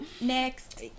Next